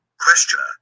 Questioner